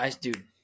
Dude